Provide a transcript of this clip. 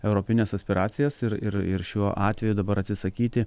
europines aspiracijas ir ir ir šiuo atveju dabar atsisakyti